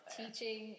teaching